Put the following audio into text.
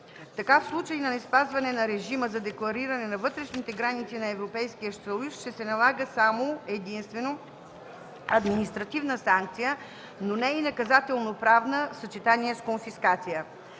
Така в случай на неспазване на режима за деклариране на вътрешните граници на Европейския съюз ще се налага само и единствено административна санкция, но не и наказателно-правна в съчетание с конфискация.